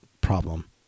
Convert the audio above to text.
problem